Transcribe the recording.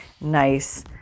nice